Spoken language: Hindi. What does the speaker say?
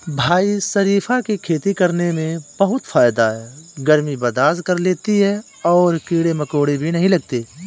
भाई शरीफा की खेती करने में बहुत फायदा है गर्मी बर्दाश्त कर लेती है और कीड़े मकोड़े भी नहीं लगते